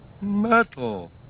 metal